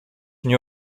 nie